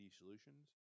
Solutions